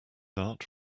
dart